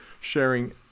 sharing